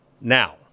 Now